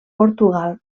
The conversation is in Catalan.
portugal